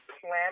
plan